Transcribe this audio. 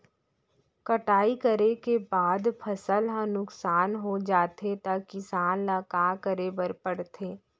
कटाई करे के बाद फसल ह नुकसान हो जाथे त किसान ल का करे बर पढ़थे?